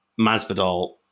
Masvidal